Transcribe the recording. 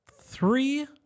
three